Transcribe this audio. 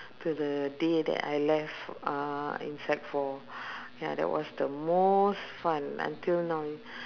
the the day that I left uh in sec four ya that was the most fun until now